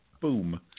boom